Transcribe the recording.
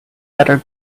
better